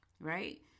right